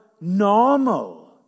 normal